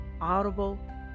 Audible